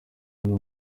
hano